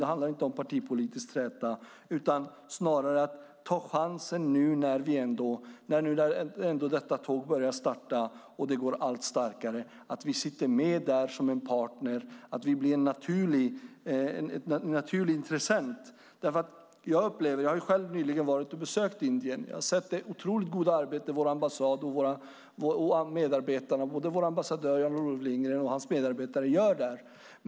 Det handlar inte om partipolitisk träta utan snarare om att nu ta chansen när detta tåg börjar gå och det blir allt starkare och att vi sitter med där som ett partner och att vi blir en naturlig intressent. Jag har själv nyligen besökt Indien, och jag har sett det otroligt goda arbete som vår ambassad, både vår ambassadör Lars-Olof Lindgren och hans medarbetare, gör där.